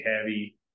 heavy